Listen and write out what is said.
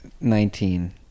Nineteen